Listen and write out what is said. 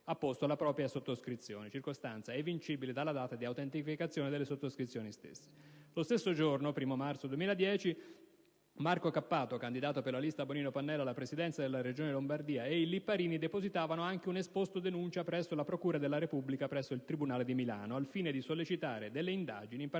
la propria sottoscrizione (circostanza evincibile dalla data di autenticazione delle sottoscrizioni stesse). Lo stesso giorno 1° marzo 2010, Marco Cappato - candidato per la lista Bonino-Pannella alla presidenza della Regione Lombardia - e Lorenzo Lipparini depositavano un esposto-denuncia presso la procura della Repubblica presso il tribunale di Milano, al fine di sollecitare delle indagini in particolar